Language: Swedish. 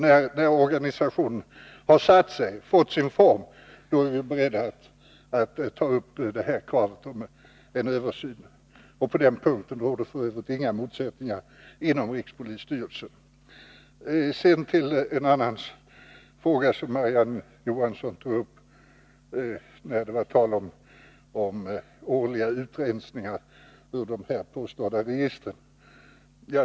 När organisationen har fått sin form, är vi beredda att ta upp kravet på en översyn. På den punkten råder det för övrigt inga motsättningar inom rikspolisstyrelsen. En annan fråga som Marie-Ann Johansson tog upp var frågan om årliga utrensningar ur de påstådda registren.